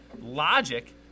logic